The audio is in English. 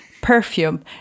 Perfume